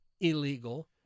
Illegal